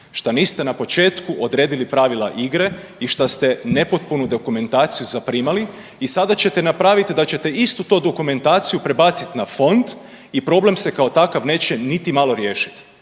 šta niste na početku odredili pravila igre i šta ste nepotpunu dokumentaciju zaprimali i sada ćete napraviti da ćete istu tu dokumentaciju prebaciti na Fond i problem se kao takav neće niti malo riješiti.